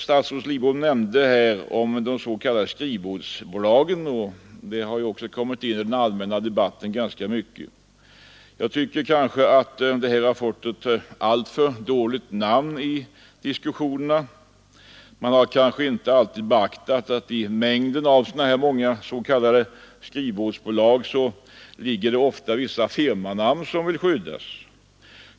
Statsrådet Lidbom nämnde här de s.k. skrivbordsbolagen, som också i den allmänna debatten nämnts ganska mycket. Kanske har de fått alltför dåligt namn i diskussionerna. Man kanske inte alltid beaktat att i mängden av s.k. skrivbordsbolag ofta ligger ett firmanamn som skall skyddas.